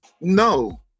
No